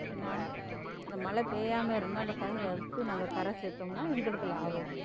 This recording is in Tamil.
என்னா அந்த மழை பெய்யாம இருந்தால் அந்த கதிரை அறுத்து நாங்கள் கரை சேர்த்தோமுன்னா எங்களுக்கு லாபம்